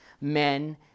men